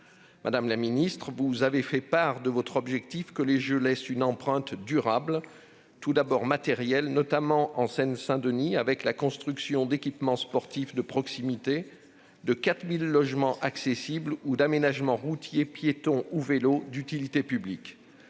Madame la ministre, vous avez fait part de vos objectifs : vous voulez que les jeux laissent « une empreinte durable, tout d'abord matérielle, notamment en Seine-Saint-Denis, avec la construction d'équipements sportifs de proximité, de 4 000 logements accessibles ou d'aménagements routiers, piétons ou vélos d'utilité publique